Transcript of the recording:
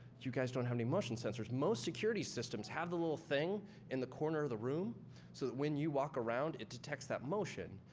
you guys don't have any motion sensors. most security systems have the little thing in the corner of the room so that when you walk around, it detects that motion.